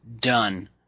done